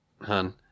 hun